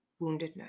woundedness